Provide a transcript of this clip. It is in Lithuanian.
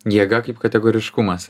jėga kaip kategoriškumas